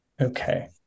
Okay